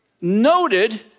noted